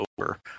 over